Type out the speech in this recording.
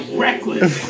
reckless